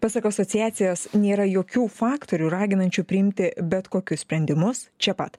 pasak asociacijos nėra jokių faktorių raginančių priimti bet kokius sprendimus čia pat